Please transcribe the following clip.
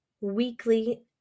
Weekly